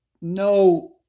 no